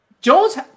Jones